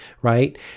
right